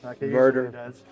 Murder